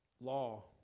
Law